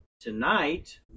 Tonight